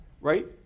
Right